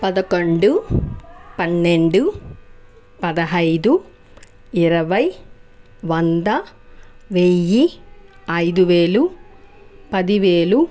పదకొండు పన్నెండు పదహైదు ఇరవై వంద వెయ్యి ఐదువేలు పదివేలు